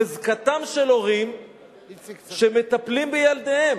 חזקתם של הורים שמטפלים בילדיהם,